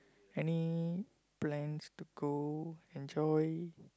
any plans to go enjoy